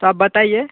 तो आप बताइए